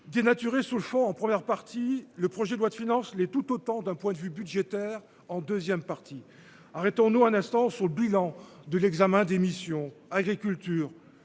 Dénaturé sous le chaud en première partie, le projet de loi de finances l'est tout autant. D'un point de vue budgétaire en 2ème partie, arrêtons-nous un instant sur le bilan de l'examen d'émission agriculture